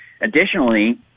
Additionally